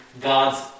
God's